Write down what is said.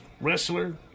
wrestler